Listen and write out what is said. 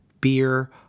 beer